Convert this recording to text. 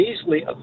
easily